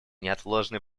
неотложной